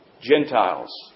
Gentiles